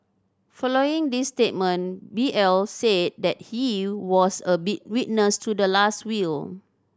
following this statement B L said that he was a witness to the last will